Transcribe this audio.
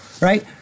right